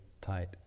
tight